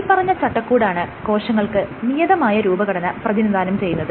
മേല്പറഞ്ഞ ചട്ടക്കൂടാണ് കോശങ്ങൾക്ക് നിയതമായ രൂപഘടന പ്രതിനിധാനം ചെയ്യുന്നത്